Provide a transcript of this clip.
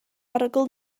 arogl